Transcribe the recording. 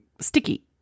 sticky